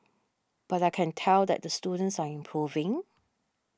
but I can tell that the students are improving